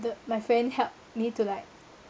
the my friend help me to like